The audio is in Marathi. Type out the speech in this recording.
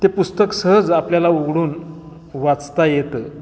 ते पुस्तक सहज आपल्याला उघडून वाचता येतं